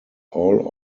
all